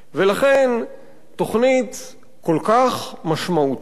ולכן תוכנית כל כך משמעותית,